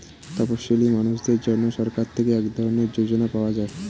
তপসীলি মানুষদের জন্য সরকার থেকে এক ধরনের যোজনা পাওয়া যায়